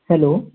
hello